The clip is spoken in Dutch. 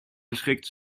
geschikt